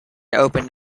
opened